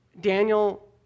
Daniel